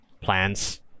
plans